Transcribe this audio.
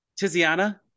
Tiziana